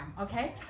okay